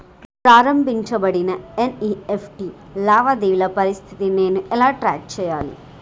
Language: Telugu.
ప్రారంభించబడిన ఎన్.ఇ.ఎఫ్.టి లావాదేవీల స్థితిని నేను ఎలా ట్రాక్ చేయాలి?